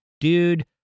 dude